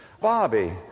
Bobby